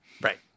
right